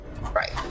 Right